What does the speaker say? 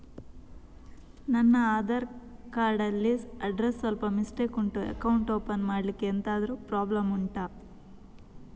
ನನ್ನ ಆಧಾರ್ ಕಾರ್ಡ್ ಅಲ್ಲಿ ಅಡ್ರೆಸ್ ಸ್ವಲ್ಪ ಮಿಸ್ಟೇಕ್ ಉಂಟು ಅಕೌಂಟ್ ಓಪನ್ ಮಾಡ್ಲಿಕ್ಕೆ ಎಂತಾದ್ರು ಪ್ರಾಬ್ಲಮ್ ಉಂಟಾ